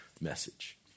message